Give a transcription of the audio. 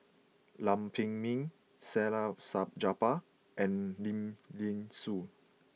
Lam Pin Min said out Salleh Japar and Lim Thean Soo